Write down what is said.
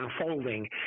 unfolding